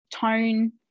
tone